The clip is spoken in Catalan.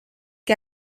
que